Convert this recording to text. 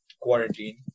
quarantine